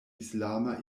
islama